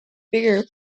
bigger